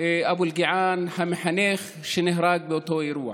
אבו אלקיעאן, המחנך שנהרג באותו אירוע.